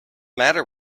matter